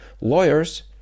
Lawyers